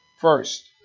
first